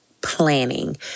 planning